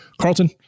Carlton